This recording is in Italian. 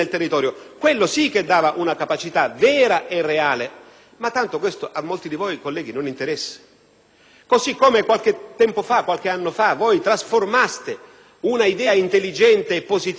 Ma tanto questo a molti di voi, colleghi, non interessa. Qualche anno fa trasformaste un'idea intelligente e positiva di un modello organizzativo quale era quello della polizia di prossimità